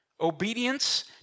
Obedience